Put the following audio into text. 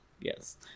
yes